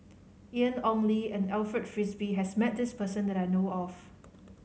Ian Ong Li and Alfred Frisby has met this person that I know of